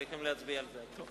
צריך להצביע על זה.